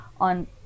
On